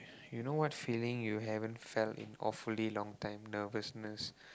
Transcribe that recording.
you know what feeling you haven't felt in awfully long time nervousness